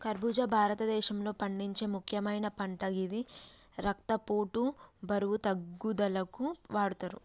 ఖర్బుజా భారతదేశంలో పండించే ముక్యమైన పంట గిది రక్తపోటు, బరువు తగ్గుదలకు వాడతరు